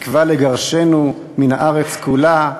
התקווה לגרשנו מן הארץ כולה.